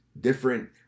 different